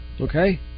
Okay